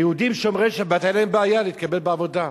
ליהודים שומרי שבת היתה בעיה להתקבל לעבודה,